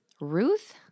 Ruth